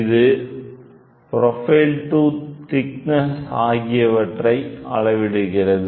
இது profile tooth thickness ஆகியவற்றை அளவிடுகிறது